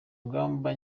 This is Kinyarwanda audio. ingamba